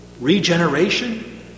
Regeneration